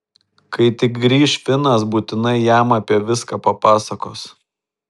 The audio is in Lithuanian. kai tik grįš finas būtinai jam apie viską papasakos